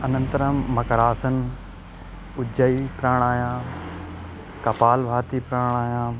अनन्तरं मकरासनम् उज्जायिप्राणायामः कपालभातिप्राणायामः